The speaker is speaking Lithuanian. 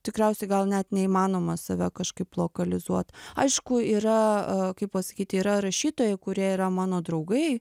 tikriausiai gal net neįmanoma save kažkaip lokalizuot aišku yra kaip pasakyti yra rašytojai kurie yra mano draugai